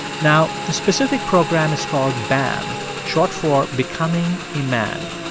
now, the specific program is called bam, short for becoming a man.